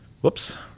Whoops